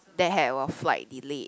that had our flight delay